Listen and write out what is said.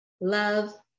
love